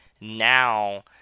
now